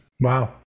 Wow